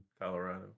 Colorado